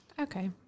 Okay